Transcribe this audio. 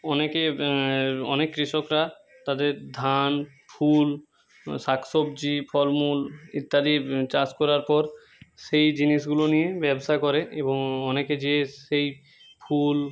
অনেকে অনেক কৃষকরা তাদের ধান ফুল শাক সবজি ফল মূল ইত্যাদি চাষ করার পর সেই জিনিসগুলো নিয়ে ব্যবসা করে এবং অনেকে যে সেই ফুল